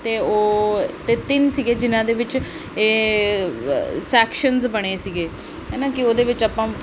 ਅਤੇ ਉਹ ਅਤੇ ਤਿੰਨ ਸੀਗੇ ਜਿੰਨ੍ਹਾਂ ਦੇ ਵਿੱਚ ਇਹ ਸੈਕਸ਼ਨਜ਼ ਬਣੇ ਸੀਗੇ ਹੈ ਨਾ ਕਿ ਉਹਦੇ ਵਿੱਚ ਆਪਾਂ